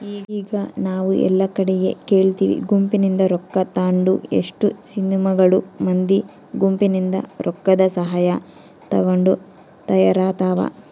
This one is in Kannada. ಈಗ ನಾವು ಎಲ್ಲಾ ಕಡಿಗೆ ಕೇಳ್ತಿವಿ ಗುಂಪಿನಿಂದ ರೊಕ್ಕ ತಾಂಡು ಎಷ್ಟೊ ಸಿನಿಮಾಗಳು ಮಂದಿ ಗುಂಪಿನಿಂದ ರೊಕ್ಕದಸಹಾಯ ತಗೊಂಡು ತಯಾರಾತವ